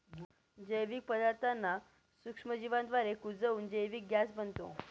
जैविक पदार्थांना सूक्ष्मजीवांद्वारे कुजवून जैविक गॅस बनतो